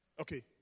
Okay